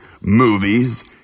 movies